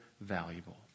valuable